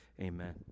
Amen